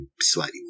slightly